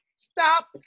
Stop